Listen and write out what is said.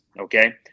okay